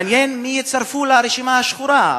מעניין את מי יצרפו לרשימה השחורה,